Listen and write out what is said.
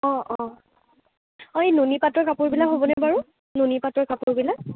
অ অ অ এই নুনি পাটৰ কাপোৰবিলাক হ'বনে বাৰু নুনি পাটৰ কাপোৰবিলাক